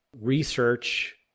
research